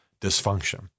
Dysfunction